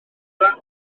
yna